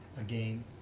again